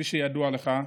כפי שידוע לך,